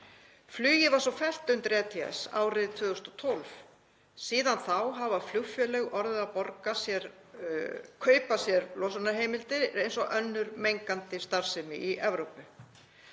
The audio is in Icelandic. Flugið var svo fellt undir ETS árið 2012. Síðan þá hafa flugfélög orðið að kaupa sér losunarheimildir eins og önnur mengandi starfsemi í Evrópu.